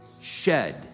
shed